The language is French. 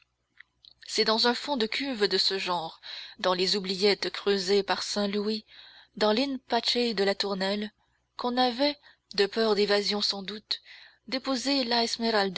c'est dans un fond de cuve de ce genre dans les oubliettes creusées par saint louis dans lin pace de la tournelle qu'on avait de peur d'évasion sans doute déposé la